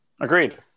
Agreed